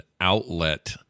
outlet